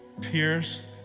pierce